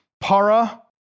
para